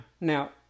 Now